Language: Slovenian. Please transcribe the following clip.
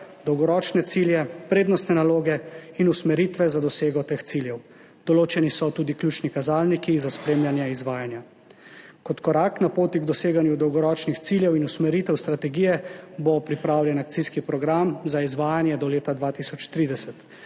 dolgoročne cilje, prednostne naloge in usmeritve za dosego teh ciljev. Določeni so tudi ključni kazalniki za spremljanje izvajanja. Kot korak na poti k doseganju dolgoročnih ciljev in usmeritev strategije bo pripravljen akcijski program za izvajanje do leta 2030,